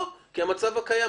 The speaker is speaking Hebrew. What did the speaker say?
לא, כי המצב הקיים קיים.